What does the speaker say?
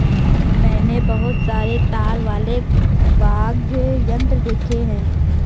मैंने बहुत सारे तार वाले वाद्य यंत्र देखे हैं